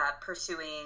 pursuing